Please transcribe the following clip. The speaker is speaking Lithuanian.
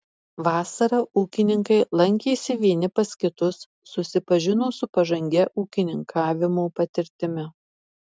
vasarą ūkininkai lankėsi vieni pas kitus susipažino su pažangia ūkininkavimo patirtimi